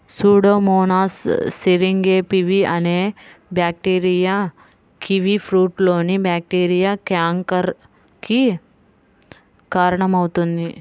Pseudomonas syringae pv అనే bacteria కివీఫ్రూట్లోని bacteria canker కి కారణమవుతుంది